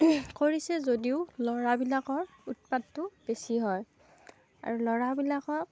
কৰিছে যদিও ল'ৰাবিলাকৰ উৎপাতবোৰ বেছি হয় আৰু ল'ৰাবিলাকক